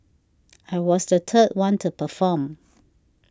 I was the third one to perform